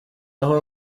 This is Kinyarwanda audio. aho